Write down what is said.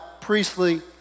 priestly